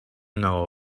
know